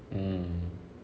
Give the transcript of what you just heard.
mm